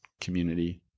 community